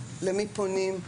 למי פונים,